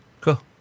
cool